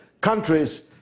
countries